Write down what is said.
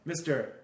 Mr